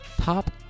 top